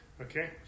Okay